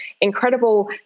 incredible